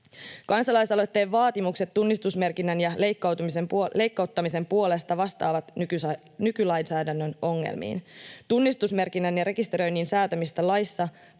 Kansalaisaloitteen vaatimukset tunnistusmerkinnän ja leikkauttamisen puolesta vastaavat nykylainsäädännön ongelmiin. Tunnistusmerkinnän ja rekisteröinnin säätämistä laissa